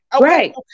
Right